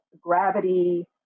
gravity